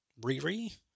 Riri